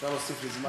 אפשר להוסיף לי זמן?